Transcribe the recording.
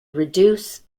reduce